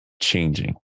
changing